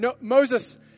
Moses